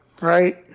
Right